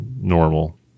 normal